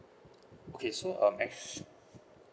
okay so um actually